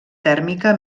tèrmica